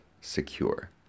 secure